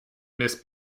mrs